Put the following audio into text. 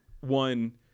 one